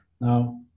Now